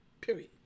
Period